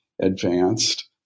advanced